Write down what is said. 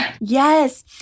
Yes